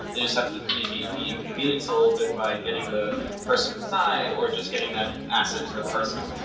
they just have to maybe be inconvenienced a little bit by and getting the person inside, or just getting that asset to the person.